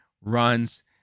runs